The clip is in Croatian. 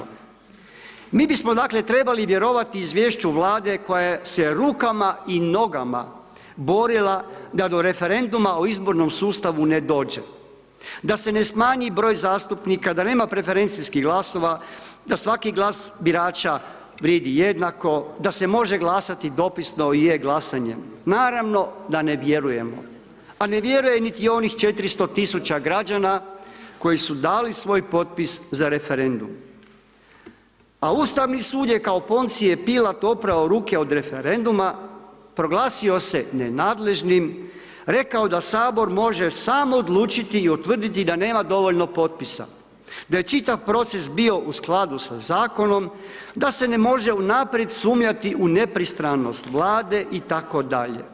Mi bismo, dakle, trebali vjerovati izvješću Vlade koja se rukama i nogama borila da do Referenduma o izbornom sustavu ne dođe, da se ne smanji broj zastupnika, da nema preferencijskih glasova, da svaki glas birača vrijedi jednako, da se može glasati dopisno i je glasanjem, naravno, da ne vjerujemo, a ne vjeruje niti onih 400 000 građana koji su dali svoj potpis za referendum, a Ustavni sud je kao Poncije Pilat oprao ruke od referenduma, proglasio se nenadležnim, rekao da HS može sam odlučiti i utvrditi da nema dovoljno potpisa, da je čitav proces bio u skladu sa zakonom, da se ne može u naprijed sumnjati u nepristranost Vlade itd.